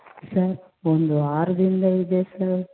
sir ಒಂದು ವಾರದಿಂದ ಇದೆ ಸರ್